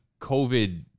COVID